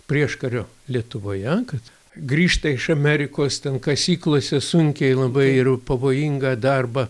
prieškario lietuvoje kad grįžta iš amerikos ten kasyklose sunkiai labai ir pavojingą darbą